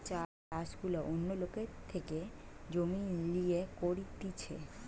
যে চাষ গুলা অন্য লোকের থেকে জমি লিয়ে করতিছে